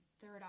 third